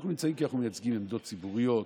אנחנו נמצאים כי אנחנו מייצגים עמדות ציבוריות,